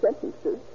sentences